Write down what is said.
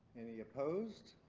any opposed?